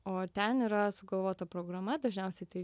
o ten yra sugalvota programa dažniausiai tai